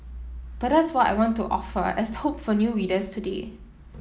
but that's what I want to offer as hope for new writers today